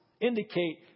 indicate